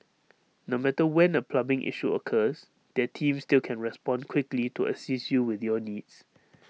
no matter when A plumbing issue occurs their team still can respond quickly to assist you with your needs